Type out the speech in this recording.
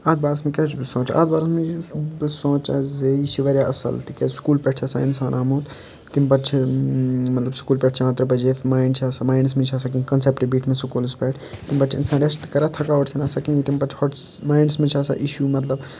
اَتھ بارَس منٛز کیاہ چھُس بہٕ سونٛچان اَتھ بارَس منٛز چھُس بہٕ سونٛچان زِ یہِ چھِ واریاہ اَصل تِکیازِ سکوٗل پؠٹھ چھُ آسان اِنسان آمُت تمہِ پَتہٕ چھِ مطلب سکوٗل پؠٹھ چھُ یِوان ترٛےٚ بَجے ماینڈ چھِ آسان ماینٛڈس منٛز چھِ آسان کِینٛہہ کَنسؠپٹ بیٚیہِ کُنہِ سکوٗلس پؠٹھ تمہِ پَتہٕ چھُ اِنسان رؠسٹ کَران تھَکاوٹ چھنہٕ آسان کہیٖنۍ تمہِ پتہٕ مایٔنڈس منٛز چھُ آسان اِشوٗ مطلب